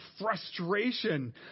frustration